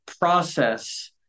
process